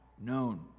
known